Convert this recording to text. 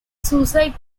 suicide